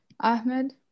Ahmed